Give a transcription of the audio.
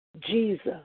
Jesus